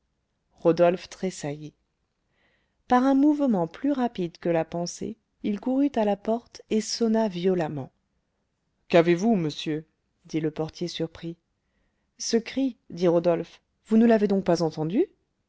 rodolphe tressaillit par un mouvement plus rapide que la pensée il courut à la porte et sonna violemment qu'avez-vous monsieur dit le portier surpris ce cri dit rodolphe vous ne l'avez donc pas entendu